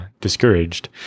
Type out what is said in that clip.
discouraged